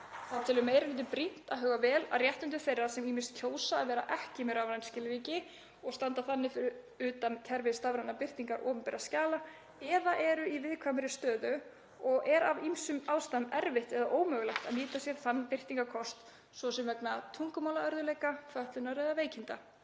Þá telur meiri hlutinn brýnt að huga vel að réttindum þeirra sem ýmist kjósa að vera ekki með rafræn skilríki og standa þannig fyrir utan kerfi stafrænnar birtingar opinberra skjala eða eru í viðkvæmri stöðu og er af ýmsum ástæðum erfitt eða ómögulegt að nýta sér þann birtingarkost, svo sem vegna tungumálaörðugleika, fötlunar eða veikinda.